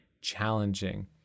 challenging